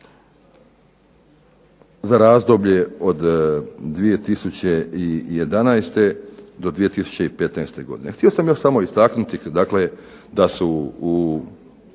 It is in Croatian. za razdoblje od 2011. do 2015. godine. Htio sam samo istaknuti dakle da